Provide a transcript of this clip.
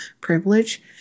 privilege